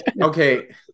Okay